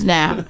now